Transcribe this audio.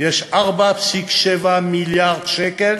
יש 4.7 מיליארד שקל